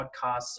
podcasts